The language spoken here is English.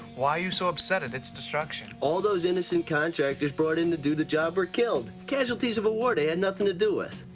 why are you so upset at its destruction? all those innocent contracters brought in to do the job were killed, casualties of a war they had and nothing to do with.